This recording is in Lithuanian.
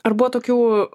ar buvo tokių